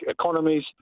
Economies